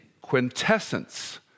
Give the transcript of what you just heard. quintessence